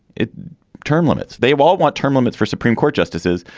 it term limits. they all want term limits for supreme court justices.